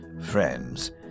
Friends